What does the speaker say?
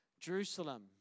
Jerusalem